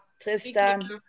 Tristan